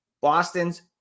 Boston's